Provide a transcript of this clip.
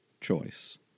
choice